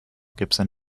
gibson